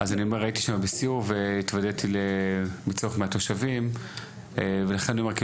הייתי שם בסיור והתוודעתי לצורך מהתושבים ולכן אני אומר,